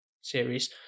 series